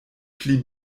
pli